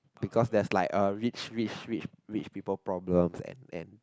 because that's like uh rich rich rich rich people problems and and